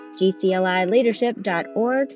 gclileadership.org